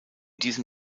diesem